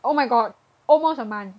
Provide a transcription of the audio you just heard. oh my god almost a month